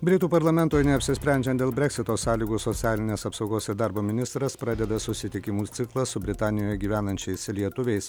britų parlamentui neapsisprendžiant dėl breksito sąlygų socialinės apsaugos ir darbo ministras pradeda susitikimų ciklą su britanijoje gyvenančiais lietuviais